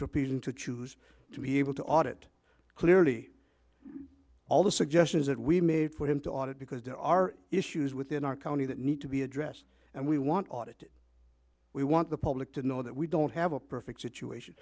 repeated to choose to be able to audit clearly all the suggestions that we made for him to audit because there are issues within our county that need to be addressed and we want audit we want the public to know that we don't have a perfect situation